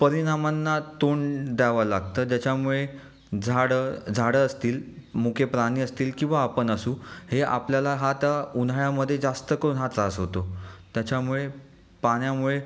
परिणामांना तोंड द्यावं लागतं ज्याच्यामुळे झाडं झाडं असतील मुके प्राणी असतील किंवा आपण असू हे आपल्याला हा ता उन्हाळ्यामध्ये जास्त करून हा त्रास होतो त्याच्यामुळे पाण्यामुळे